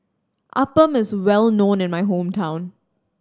Appam is well known in my hometown